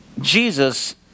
Jesus